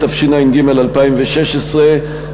התשע"ג 2013,